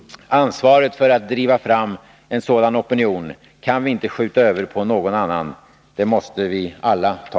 Ansvaret för att driva fram en sådan opinion kan vi inte skjuta över på någon annan. Det måste vi alla ta.